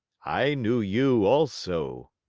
i knew you also,